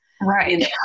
Right